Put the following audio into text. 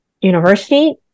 university